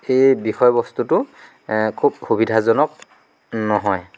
এই বিষয়বস্তুটো খুব সুবিধাজনক নহয়